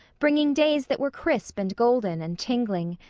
bringing days that were crisp and golden and tingling,